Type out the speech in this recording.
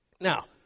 Now